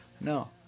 no